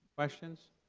questions?